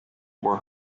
were